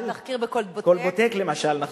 היה תחקיר ב"כלבוטק" "כלבוטק" למשל, נכון.